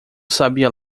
sabia